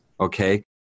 okay